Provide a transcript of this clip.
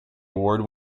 award